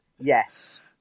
Yes